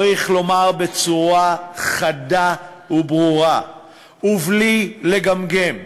צריך לומר בצורה חדה וברורה ובלי לגמגם: